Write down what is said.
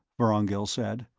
vorongil said.